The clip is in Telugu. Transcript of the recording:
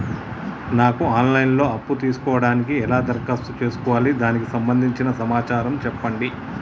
నాకు ఆన్ లైన్ లో అప్పు తీసుకోవడానికి ఎలా దరఖాస్తు చేసుకోవాలి దానికి సంబంధించిన సమాచారం చెప్పండి?